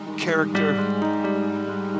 character